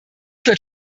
wird